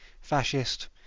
...fascist